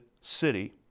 city